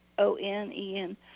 O-N-E-N